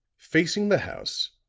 facing the house,